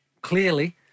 clearly